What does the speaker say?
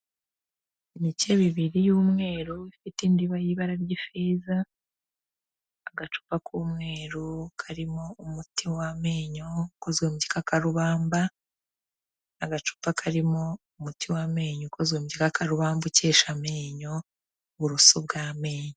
Imikebiriri y'umweru ifite indiba y'ibara ry'ifeza, agacupa k'umweru karimo umuti w'amenyo ukozwe mu gikakarubamba, agacupa karimo umuti w'amenyo ukozwe mugikakarubamba ukesha amenyo, uburuso bw'amenyo.